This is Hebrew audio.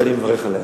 ואני מברך עליה.